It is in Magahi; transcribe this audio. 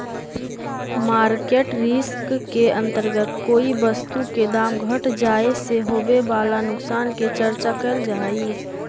मार्केट रिस्क के अंतर्गत कोई वस्तु के दाम घट जाए से होवे वाला नुकसान के चर्चा कैल जा हई